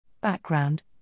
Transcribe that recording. Background